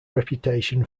reputation